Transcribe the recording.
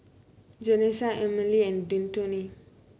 Janessa Emily and Detone